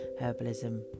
herbalism